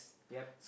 yup